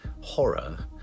horror